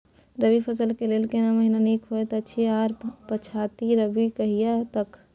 रबी फसल के लेल केना महीना नीक होयत अछि आर पछाति रबी कहिया तक?